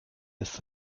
ist